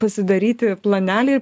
pasidaryti planelį